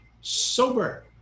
sober